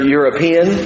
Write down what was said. European